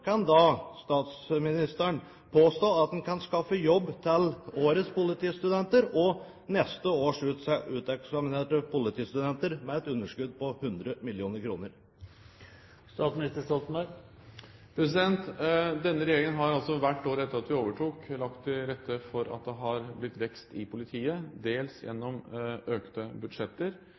kan statsministeren påstå at en kan skaffe jobb til årets politistudenter og neste års uteksaminerte politistudenter med et underskudd på 100 mill. kr? Denne regjeringen har hvert år etter at vi overtok, lagt til rette for at det har blitt vekst i politiet, dels gjennom økte budsjetter,